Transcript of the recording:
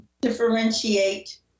differentiate